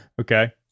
Okay